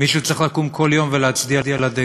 מישהו צריך לקום כל יום ולהצדיע לדגל.